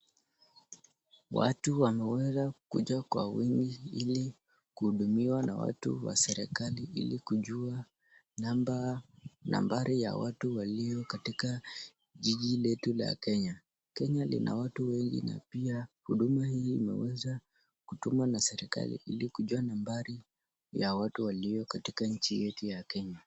Watu wameweza kukuja kwa wingi ili kuhudumiwa na watu wa serikali ili kujua nambari ya watu walio katika jiji letu la Kenya. Kenya lina watu wengi na pia huduma hii imeweza kutumwa na serikali ili kujua nambari ya watu walio katika nchi yetu ya Kenya.